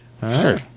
Sure